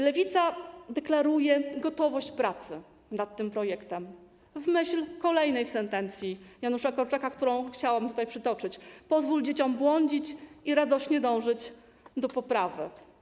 Lewica deklaruje gotowość do pracy nad tym projektem w myśl kolejnej sentencji Janusza Korczaka, którą chciałam tutaj przytoczyć: Pozwól dzieciom błądzić i radośnie dążyć do poprawy.